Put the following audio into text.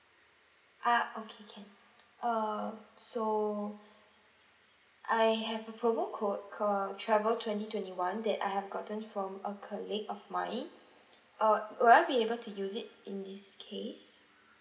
ah okay can err so I have a promo code call travel twenty twenty one that I have gotten from a colleague of mine uh will I be able to use it in this case